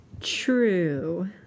True